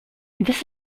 this